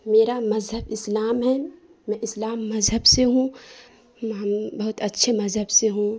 میرا مذہب اسلام ہے میں اسلام مذہب سے ہوں ہم بہت اچھے مذہب سے ہوں